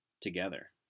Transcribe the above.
together